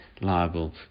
liable